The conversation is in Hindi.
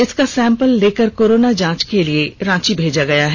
इसका सैंपल लेकर कोरोना जांच के लिए रांची भेजा गया है